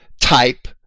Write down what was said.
type